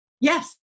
Yes